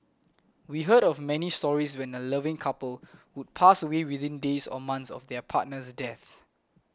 we heard of many stories when a loving couple would pass away within days or months of their partner's death